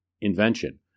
invention